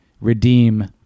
redeem